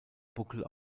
buckel